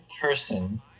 person